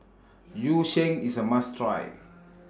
Yu Sheng IS A must Try